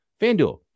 FanDuel